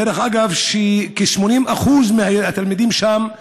דרך אגב, כ-80% מהתלמידים שם,